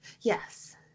Yes